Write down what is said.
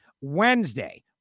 Wednesday